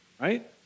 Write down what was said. right